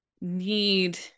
need